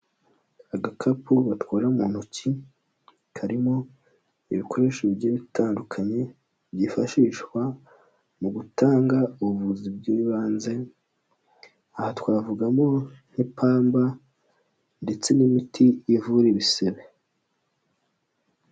Agakapu batwara mu ntoki karimo ibikoresho bigiye bitandukanye byifashishwa mu gutanga ubuvuzi bw'ibanze, aha twavugamo nk'ipamba ndetse n'imiti ivura ibisebe.